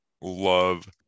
love